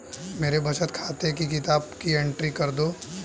मेरे बचत खाते की किताब की एंट्री कर दो?